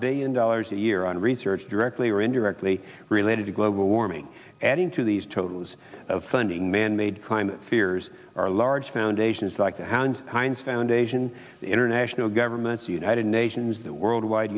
billion dollars a year on research directly or indirectly related to global warming adding to these totals of funding manmade climate fears are large foundations like the hound heinz foundation international governments united nations the world wide